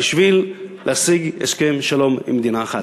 בשביל להשיג הסכם שלום עם מדינה אחת.